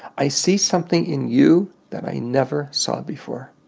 i see something in you that i never saw before.